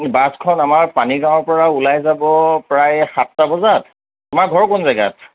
বাছখন আমাৰ পানীগাঁৱৰ পৰা ওলাই যাব প্ৰায় সাতটা বজাত তোমাৰ ঘৰ কোন জেগাত